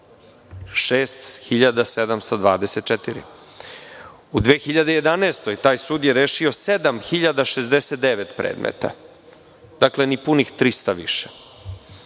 2011. godini taj sud je rešio 7.069 predmeta. Dakle, ni punih 300 više.